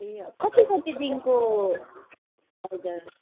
ए कति कति दिनको हजुर